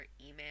email